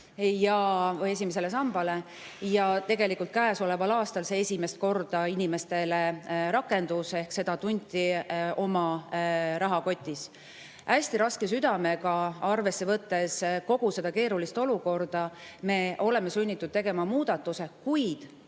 Tegelikult käesoleval aastal see esimest korda inimestele rakendus, ehk seda tunti oma rahakotis. Hästi raske südamega, arvesse võttes kogu seda keerulist olukorda, me oleme sunnitud tegema muudatuse. Kuid